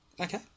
Okay